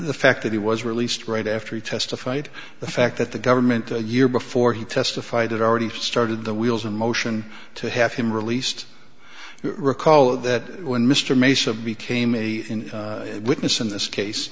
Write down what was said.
the fact that he was released right after he testified the fact that the government the year before he testified it already started the wheels in motion to have him released recall that when mr mesa became a witness in this case